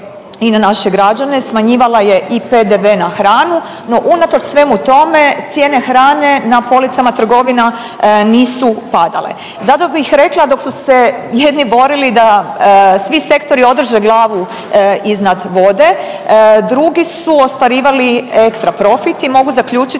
i na naše građane, smanjivala je i PDV na hranu, no unatoč svemu tome, cijene hrane na policama trgovina nisu padale. Zato bih rekla, dok su se jedni borili da svi sektori održe glavu izvan vode, drugi su ostvarivali ekstraprofit i mogu zaključiti